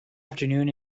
afternoon